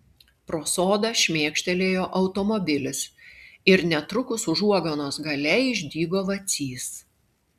pro sodą šmėkštelėjo automobilis ir netrukus užuoganos gale išdygo vacys